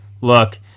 look